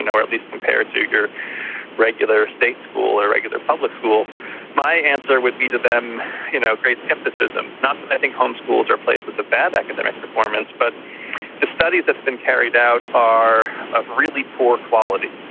and or at least compared to your regular state school or regular public school my answer would be to them you know great scepticism. not that i think home schools are places of bad academic performance, but the studies that have been carried out are of really poor quality.